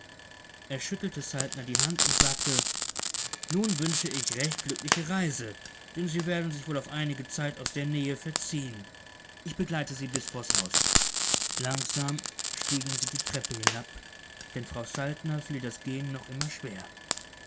er schüttelte saltner die hand und sagte nun wünsche ich recht glückliche reise denn sie werden sich wohl auf einige zeit aus der nähe verziehen ich begleite sie bis vors haus langsam stiegen sie die treppe hinab denn frau saltner fiel das gehen noch immer schwer